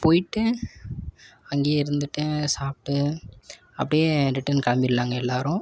போய்ட்டு அங்கேயே இருந்துட்டு சாப்பிட்டு அப்படியே ரிட்டன் கிளம்பிட்லாங்க எல்லோரும்